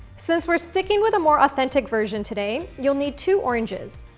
since we're sticking with a more authentic version today, you'll need two oranges.